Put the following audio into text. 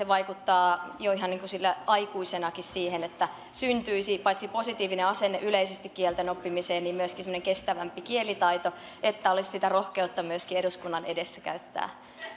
vaikuttaa jo ihan niin kuin aikuisenakin siihen että syntyisi paitsi positiivinen asenne yleisesti kielten oppimiseen myöskin semmoinen kestävämpi kielitaito niin että olisi sitä rohkeutta myöskin eduskunnan edessä käyttää